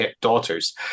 daughters